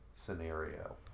scenario